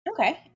okay